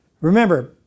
remember